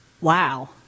Wow